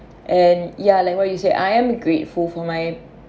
and ya like what you say I am grateful for my